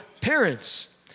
parents